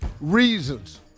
reasons